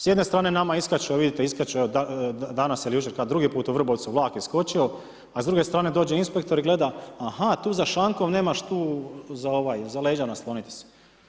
S jedne strane nama iskaču, evo vidite danas ili jučer drugi put u Vrbovcu vlak iskočio, a s druge strane dođe inspektor i gleda, aha, tu za šankom, nemaš tu za leđa nasloniti se.